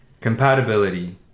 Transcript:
compatibility